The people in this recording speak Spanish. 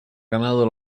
ganado